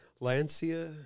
Lancia